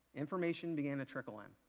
information began to trik kel in.